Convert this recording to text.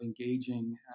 engaging